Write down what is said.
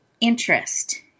interest